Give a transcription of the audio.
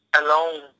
alone